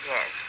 Yes